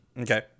Okay